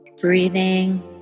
Breathing